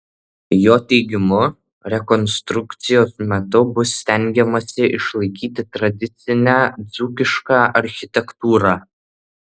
jo teigimu rekonstrukcijos metu bus stengiamasi išlaikyti tradicinę dzūkišką architektūrą